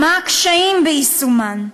מה הקשיים ביישומן.